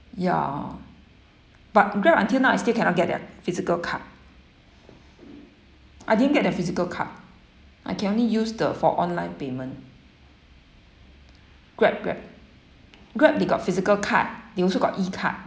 ya but Grab until now I still cannot get their physical card I didn't get their physical card I can only use the for online payment grab grab grab they got physical card they also got e-card